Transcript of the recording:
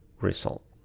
result